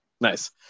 Nice